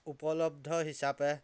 উপলব্ধ হিচাপে